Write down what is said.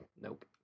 Nope